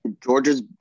Georgia's